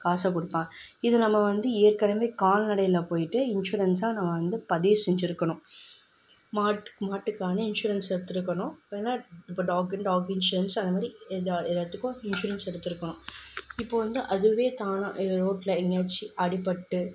காசை கொடுப்பாங்க இதை நம்ம வந்து ஏற்கனவே கால்நடையில் போயிட்டு இன்சூரன்ஸ்ஸாக நம்ம வந்து பதிவு செஞ்சுருக்கணும் மாட் மாட்டுக்கான இன்சூரன்ஸ் எடுத்துருக்கணும் அப்படி இல்லைனா இப்போ டாகு டாக் இன்சூரன்ஸ் அந்தமாதிரி எல்லாத்துக்கும் இன்சூரன்ஸ் எடுத்துருக்கணும் இப்போது வந்து அதுவே தானாக ரோட்டில் எங்கேயாச்சும் அடிபட்டு